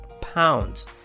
pounds